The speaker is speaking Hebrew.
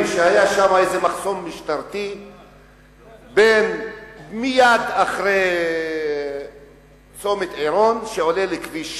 היה שם איזה מחסום משטרתי מייד אחרי צומת עירון שעולה לכביש 6,